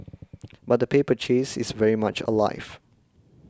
but the paper chase is very much alive